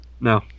No